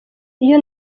iyo